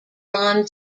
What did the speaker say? ron